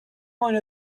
one